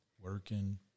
Working